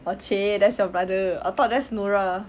oh !chey! that's your brother I thought that's nora